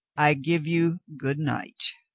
i give you good night.